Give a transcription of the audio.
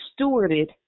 stewarded